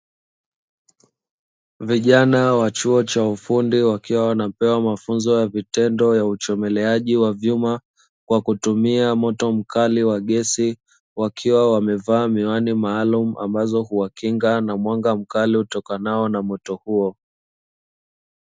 Vijana wa chuo cha ufundi wakiwa wanapewa mafunzo ya vitendo ya uchomeleaji wa vyuma kwa kutumia moto mkali wa gesi, wakiwa wamevaa miwani maalumu ambazo huwakinga na mwanga mkali utokanao na moto huo.